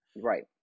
Right